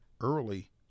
early